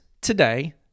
today